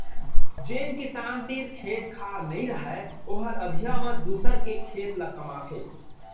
जेन किसान तीर खेत खार नइ रहय ओहर अधिया म दूसर के खेत ल कमाथे